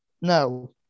No